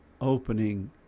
opening